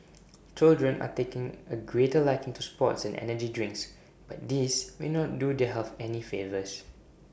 children are taking A greater liking to sports and energy drinks but these may not do their health any favours